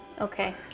okay